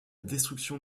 destruction